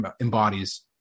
embodies